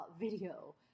video